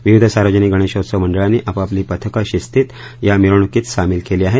विविध सार्वजनिक गणेशोत्सव मंडळांनी आपापली पथकं शिस्तीत या मिरवणुकीत सामील केली आहेत